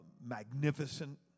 magnificent